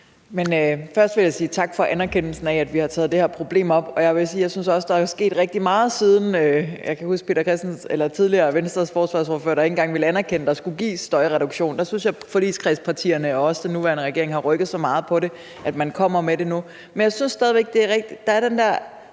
Først vil jeg sige tak for anerkendelsen af, at vi har taget det her problem op. Jeg vil sige, at jeg også synes, der er sket rigtig meget, siden Venstres tidligere forsvarsordfører Peter Christensen ikke engang ville anerkende, at der skulle gives midler til støjreduktion. Der ser jeg, at forligskredspartierne og også den nuværende regering har rykket sig så meget, at man nu kommer med det. Jeg synes stadig væk, at der er problemet